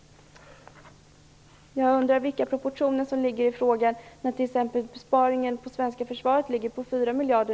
Jag undrar vilka proportioner som det här är fråga om, när t.ex. besparingen inom svenska försvaret nu ligger på 4 miljarder.